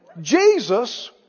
Jesus